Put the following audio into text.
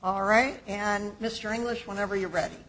all right and mr english whenever you're ready